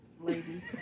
Lady